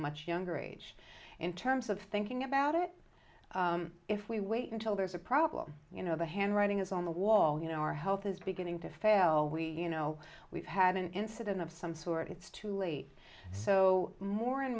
much younger age in terms of thinking about it if we wait until there's a problem you know the handwriting is on the wall you know our health is beginning to fail we you know we've had an incident of some sort it's too late so more and